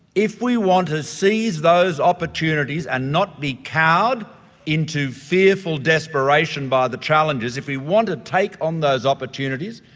if we want to seize those opportunities and not be cowed into fearful desperation by the challenges, if we want to take on those opportunities,